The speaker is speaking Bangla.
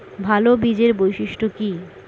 ভাল বীজের বৈশিষ্ট্য কী?